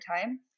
time